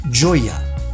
Joya